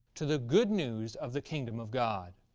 to the good news of the kingdom of god!